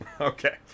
Okay